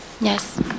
Yes